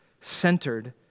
centered